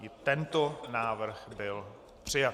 I tento návrh byl přijat.